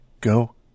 go